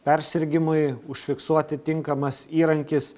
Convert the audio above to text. persirgimui užfiksuoti tinkamas įrankis